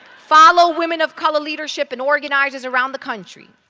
follow women of color leadership in organizations around the country,